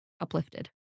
uplifted